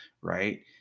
Right